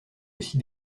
aussi